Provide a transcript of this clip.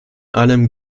allem